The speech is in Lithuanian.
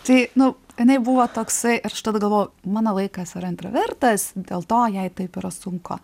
tai nu jinai buvo toksai ir aš tada galvojau mano vaikas yra intravertas dėl to jai taip yra sunku